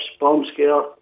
Bombscare